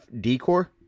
decor